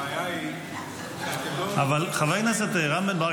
הבעיה היא שאתם --- חבר הכנסת רם בן ברק,